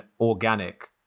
organic